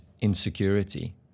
insecurity